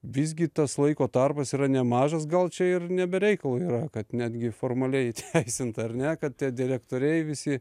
visgi tas laiko tarpas yra nemažas gal čia ir ne be reikalo yra kad netgi formaliai įteisinta ar ne kad tie direktoriai visi